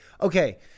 Okay